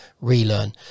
relearn